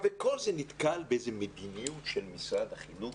וכל זה נתקל באיזו מדיניות של משרד החינוך